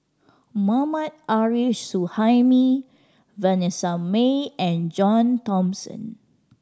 Mohammad Arif Suhaimi Vanessa Mae and John Thomson